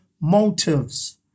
motives